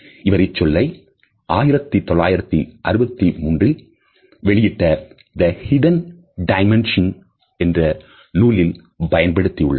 இவர் இச்சொல்லை 1963 ல் வெளியிட்ட The Hidden Dimension என்று நூலில் பயன்படுத்தியுள்ளார்